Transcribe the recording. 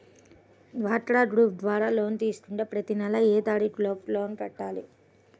డ్వాక్రా గ్రూప్ ద్వారా లోన్ తీసుకుంటే ప్రతి నెల ఏ తారీకు లోపు లోన్ కట్టాలి?